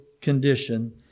condition